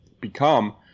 become